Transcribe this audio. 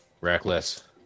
Reckless